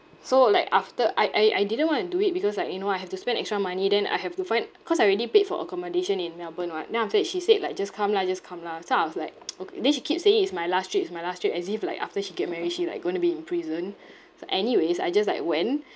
so like after I I I didn't want to do it because like you know I have to spend extra money then I have to find cause I already paid for accommodation in melbourne [what] then after that she said like just come lah just come lah so I was like okay then she keep saying it's my last trip it's my last trip as if like after she get married she like going to be in prison so anyways I just like went